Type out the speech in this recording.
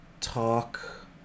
talk